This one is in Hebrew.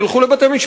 הם ילכו לבתי-משפט.